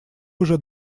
уже